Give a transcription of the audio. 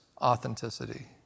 authenticity